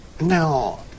Now